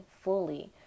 fully